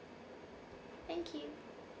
thank you